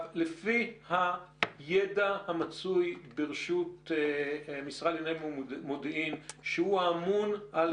לפי הידע המצוי בידי המשרד לענייני מודיעין שהוא האמון על